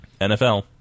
NFL